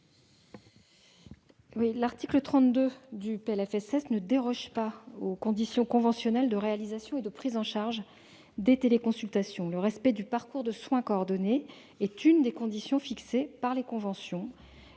L'article 32 du présent PLFSS ne déroge pas aux conditions conventionnelles de réalisation et de prise en charge des téléconsultations. Le respect du parcours de soins coordonné est l'une des conditions fixées par les conventions.